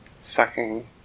sucking